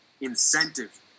incentive